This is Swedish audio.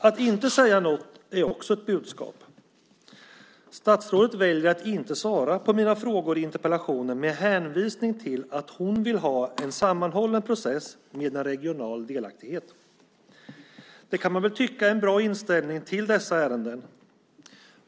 Att inte säga något är också ett budskap. Statsrådet väljer att inte svara på mina frågor i interpellationen med hänvisning till att hon vill ha en sammanhållen process med en regional delaktighet. Det kan man väl tycka är en bra inställning till dessa ärenden.